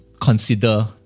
consider